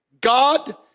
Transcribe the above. God